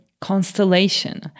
constellation